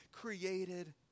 created